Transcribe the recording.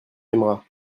aimeras